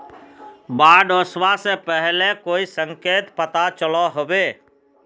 बाढ़ ओसबा से पहले कोई संकेत पता चलो होबे?